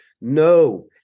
No